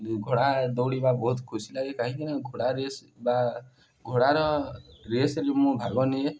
ଘୋଡ଼ା ଦୌଡ଼ିବା ବହୁତ ଖୁସି ଲାଗେ କାହିଁକିନା ଘୋଡ଼ା ରେସ୍ ବା ଘୋଡ଼ାର ରେସ୍ରେ ମୁଁ ଭାଗ ନିଏ